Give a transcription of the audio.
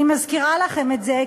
אני מזכירה לכם את זה,